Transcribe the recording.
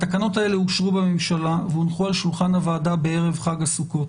התקנות האלה אושרו בממשלה והונחו על שולחן הוועדה בערב חג הסוכות,